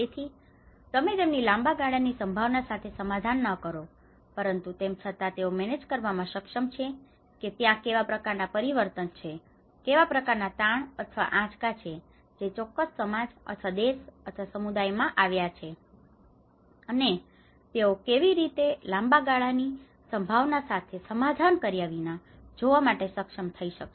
તેથી તમે તેમની લાંબા ગાળાની સંભાવના સાથે સમાધાન કરશો નહીં પરંતુ તેમ છતાં તેઓ મેનેજ કરવામાં સક્ષમ છે કે ત્યાં કેવા પ્રકારનાં પરિવર્તન છે કેવા પ્રકારના તાણ અથવા આંચકા છે જે તે ચોક્કસ સમાજ અથવા દેશ અથવા સમુદાયમાં આવ્યા છે અને તેઓ કેવી રીતે લાંબાગાળાની સંભાવના સાથે સમાધાન કર્યા વિના તે જોવા માટે સક્ષમ થઈ શકશે